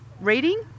reading